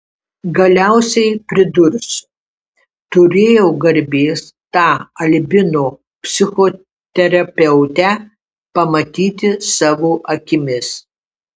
galiausiai pridursiu turėjau garbės tą albino psichoterapeutę pamatyti savo akimis